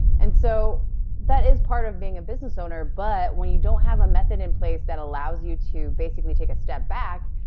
and so that is part of being a business owner, but when you don't have a method in place that allows you to basically take a step back,